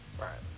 right